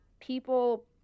people